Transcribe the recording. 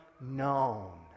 known